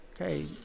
okay